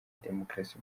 demokarasi